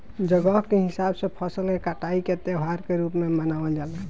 जगह के हिसाब से फसल के कटाई के त्यौहार के रूप में मनावल जला